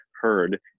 heard